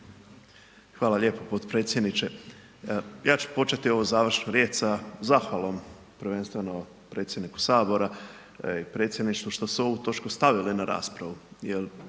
Hvala lijepo podpredsjedniče. Ja ću početi evo završnu riječ sa zahvalom prvenstveno predsjedniku Sabora i predsjedništvu što su ovu točku stavili na raspravu,